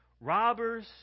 robbers